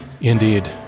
Indeed